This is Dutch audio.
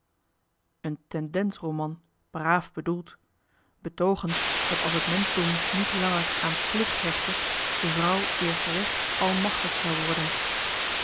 n tendenzroman braaf bedoeld betoogend dat als het menschdom niet langer aan plicht hechtte de vrouw eerst recht almachtig zou worden